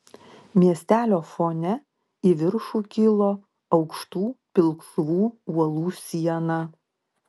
miestelio fone į viršų kilo aukštų pilkšvų uolų siena